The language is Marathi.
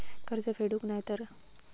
कर्ज फेडूक नाय तर?